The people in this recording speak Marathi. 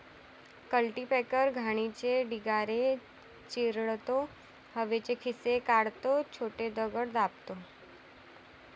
कल्टीपॅकर घाणीचे ढिगारे चिरडतो, हवेचे खिसे काढतो, छोटे दगड दाबतो